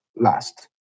Last